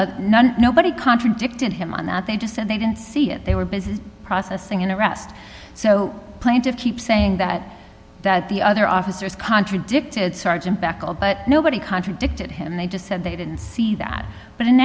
none nobody contradicted him on that they just said they didn't see it they were busy processing and arrest so plaintive keep saying that that the other officers contradicted sergeant back all but nobody contradicted him they just said they didn't see that but in